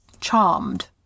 Charmed